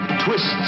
twists